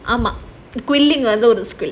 ஆமா:aamaa quilling வந்து:vandhu risk